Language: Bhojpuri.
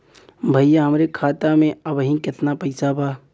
भईया हमरे खाता में अबहीं केतना पैसा बा?